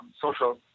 social